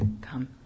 come